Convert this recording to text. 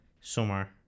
summer